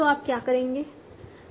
तो आप क्या करेंगे